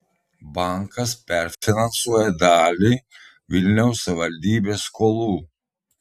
bankas perfinansuoja dalį vilniaus savivaldybės skolų